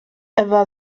ewa